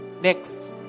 Next